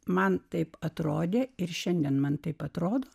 man taip atrodė ir šiandien man taip atrodo